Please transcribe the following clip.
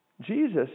Jesus